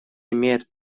имеет